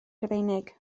rufeinig